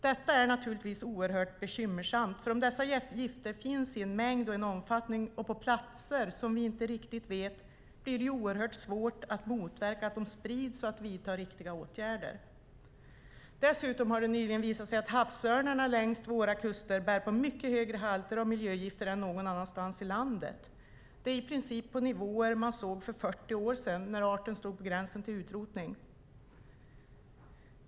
Detta är naturligtvis oerhört bekymmersamt, för om dessa gifter finns i en mängd, i en omfattning och på platser som vi inte riktigt vet blir det oerhört svårt att motverka att de sprids och att vidta riktiga åtgärder. Dessutom har det nyligen visat sig att havsörnarna längs våra kuster bär på mycket högre halter av miljögifter än någon annanstans i landet. Det handlar i princip om nivåer som man såg för 40 år sedan när arten stod på gränsen till utrotning.